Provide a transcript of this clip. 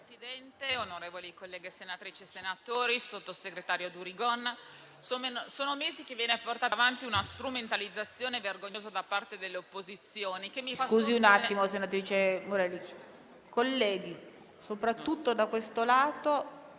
Signora Presidente, onorevoli colleghe senatrici e colleghi senatori, sottosegretario Durigon, sono mesi che viene portata avanti una strumentalizzazione vergognosa da parte delle opposizioni,